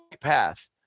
path